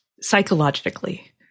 psychologically